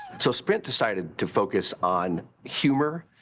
so sprint decided to focus on humor,